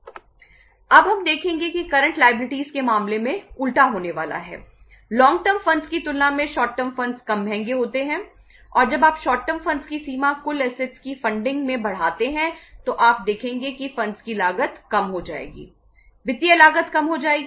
अब हम देखेंगे कि करंट लायबिलिटीज के अनुपात को घटाते हैं तो उस स्थिति में क्या होगा